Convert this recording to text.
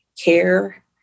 care